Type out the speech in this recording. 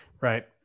Right